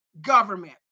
government